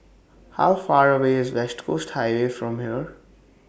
How Far away IS West Coast Highway from here